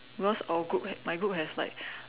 because our group has my group has like